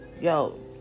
yo